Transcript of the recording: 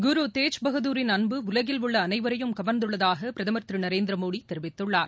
குரு தேஜ்பகதூரின் அன்பு உலகில் உள்ள அனைவரையும் கவர்ந்துள்ளதாக பிரதமர் திரு நரேந்திரமோடி தெரிவித்துள்ளார்